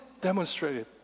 demonstrated